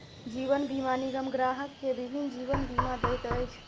जीवन बीमा निगम ग्राहक के विभिन्न जीवन बीमा दैत अछि